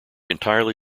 entirely